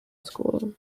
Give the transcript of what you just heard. school